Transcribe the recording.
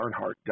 Earnhardt